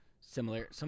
similar